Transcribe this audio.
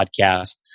podcast